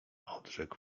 odrzekł